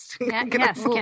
Yes